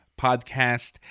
podcast